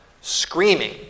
screaming